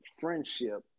friendship